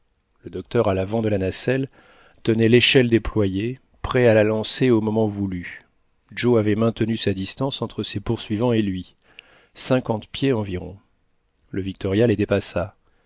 le docteur à l'avant de la nacelle tenait l'échelle déployée prêt à la lancer au moment voulu joe avait maintenu sa distance entre ses poursuivants et lui cinquante pieds environ le victoria les dépassa